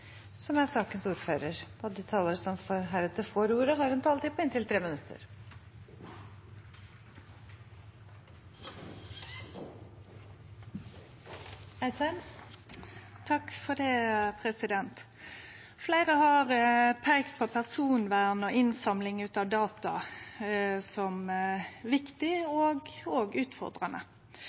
De talerne som heretter får ordet, har også en taletid på inntil 3 minutter. Fleire har peikt på personvern og innsamling av data som viktig og òg utfordrande. Det er store mengder data som blir behandla, og